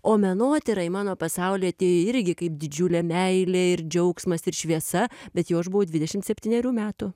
o menotyra į mano pasaulį atėjo irgi kaip didžiulė meilė ir džiaugsmas ir šviesa bet jau aš buvau dvidešimt septynerių metų